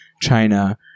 China